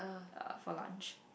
uh for lunch